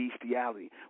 bestiality